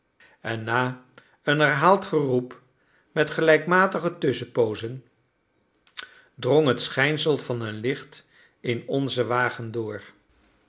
en na een herhaald geroep met gelijkmatige tusschenpoozen drong het schijnsel van een licht in onzen wagen door